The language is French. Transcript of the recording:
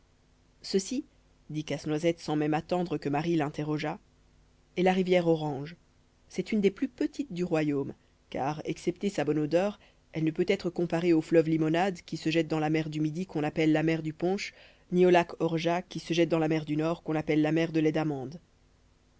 ceci dit casse-noisette sans même attendre que marie l'interrogeât est la rivière orange c'est une des plus petites du royaume car excepté sa bonne odeur elle ne peut être comparée au fleuve limonade qui se jette dans la mer du midi qu'on appelle la mer de punch ni au lac orgeat qui se jette dans la mer du nord qu'on appelle la mer de lait d'amandes